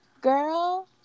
girl